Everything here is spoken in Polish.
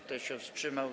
Kto się wstrzymał?